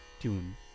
tune